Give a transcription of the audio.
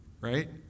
right